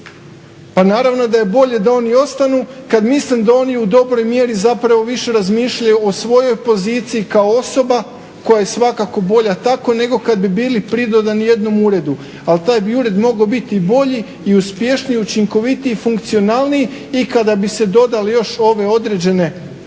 Pa naravno da je bolje da oni ostanu kad mislim da oni u dobroj mjeri zapravo više razmišljaju o svojoj poziciji kao osoba koja je svakako bolja tako nego kad bi bili pridodani jednom uredu. Ali taj bi ured mogao biti i bolji i uspješniji i učinkovitiji i funkcionalniji i kada bi se dodale još ove određene stegovne